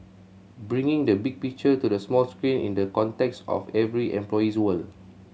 bringing the big picture to the small screen in the context of every employee's world